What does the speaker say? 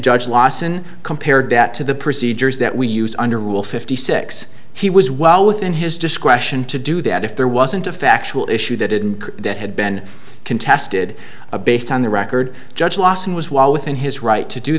judge lawson compared that to the procedures that we use under rule fifty six he was well within his discretion to do that if there wasn't a factual issue that in that had been contested based on the record judge lawson was well within his right to do